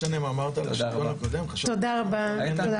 יש פה